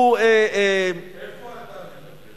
שהוא, איפה אתה מדבר?